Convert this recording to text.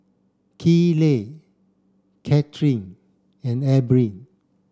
Kayleigh Cathryn and Abril